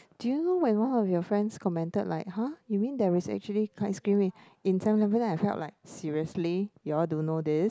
do you know when one of your friends commented like !huh! you mean there is actually ice cream in Seven-Eleven then I felt like seriously you all don't know this